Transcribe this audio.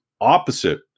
opposite